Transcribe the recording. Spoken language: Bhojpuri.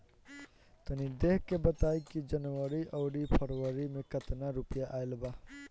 तनी देख के बताई कि जौनरी आउर फेबुयारी में कातना रुपिया आएल बा?